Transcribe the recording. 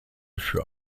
für